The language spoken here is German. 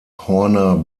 horner